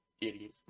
Idiot